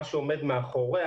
מה שעומד מאחוריה,